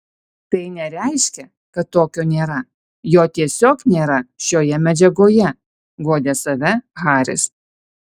tai nereiškia kad tokio nėra jo tiesiog nėra šioje medžiagoje guodė save haris